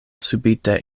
subite